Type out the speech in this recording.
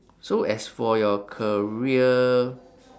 so as for your career